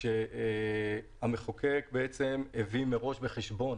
המחוקק הביא בחשבון